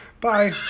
Bye